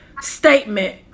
statement